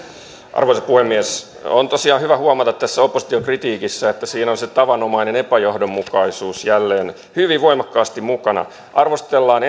arvoisa puhemies on tosiaan hyvä huomata tässä opposition kritiikissä että siinä on se tavanomainen epäjohdonmukaisuus jälleen hyvin voimakkaasti mukana arvostellaan